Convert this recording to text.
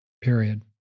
period